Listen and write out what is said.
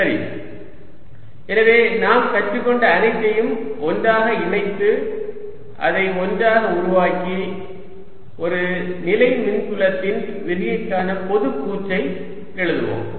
சரி எனவே நாம் கற்றுக்கொண்ட அனைத்தையும் ஒன்றாக இணைத்து அதை ஒன்றாக உருவாக்கி ஒரு நிலை மின்புலத்தின் விரிகைக்கான பொது கூற்றை எழுதுவோம்